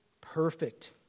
perfect